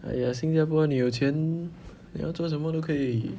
哎呀新加坡你有钱你要做什么都可以